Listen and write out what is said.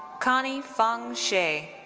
connie fang xie.